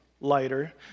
lighter